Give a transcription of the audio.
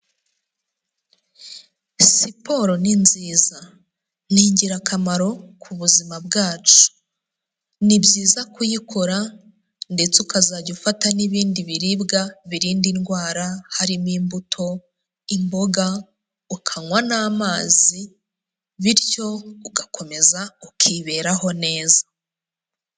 Siporo ni nziza, ni ingirakamaro ku buzima bwacu, ni byiza kuyikora ndetse ukazajya ufata n'ibindi biribwa birinda indwara, harimo imbuto, imboga, ukanywa n'amazi bityo ugakomeza ukiberaho neza.